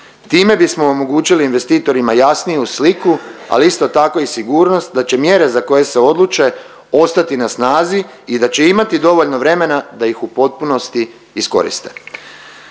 Time bismo omogućili investitorima jasniju sliku, ali isto tako i sigurnost da će mjere za koje se odluče ostati na snazi i da će imati dovoljno vremena da ih u potpunosti iskoriste.